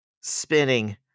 Spinning